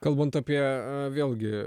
kalbant apie vėlgi